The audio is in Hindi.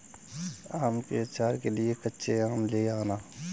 आम के आचार के लिए कच्चे आम ले आना